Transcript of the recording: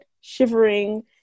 shivering